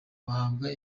bahabwa